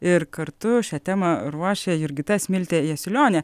ir kartu šią temą ruošė jurgita smiltė jasiulionė